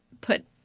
put